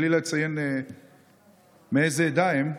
בלי לציין מאיזה עדה הם,